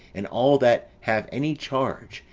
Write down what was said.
and all that have any charge,